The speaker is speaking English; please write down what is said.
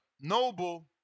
noble